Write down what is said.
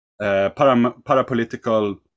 parapolitical